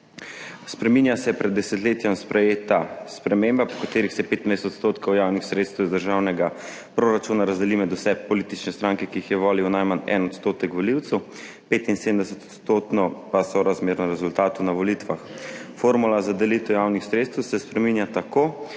Spreminja se pred desetletjem sprejeta sprememba, po kateri se 15 % javnih sredstev iz državnega proračuna razdeli med vse politične stranke, ki jih je volil najmanj 1 % volivcev, 75 % pa sorazmerno rezultatov na volitvah. Formula za delitev javnih sredstev se spreminja tako,